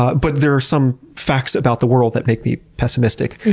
ah but there are some facts about the world that make me pessimistic.